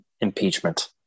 impeachment